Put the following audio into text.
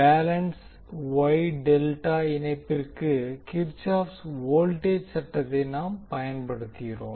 balanced Y delta இணைப்பிற்கு Kirchhoff's voltage kirchoff's voltage சட்டத்தை நாம் பயன்படுத்துவோம்